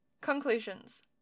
Conclusions